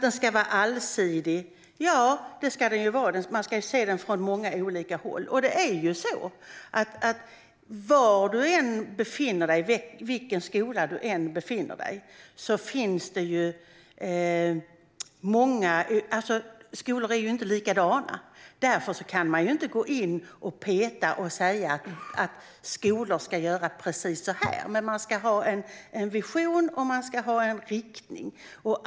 Det ska vara allsidigt, vilket innebär att man ska se det från många olika håll. Skolor är ju inte likadana, och därför kan man inte gå in och peta och säga att skolor ska göra precis så här. Men man ska ha en vision, och man ska ha en riktning.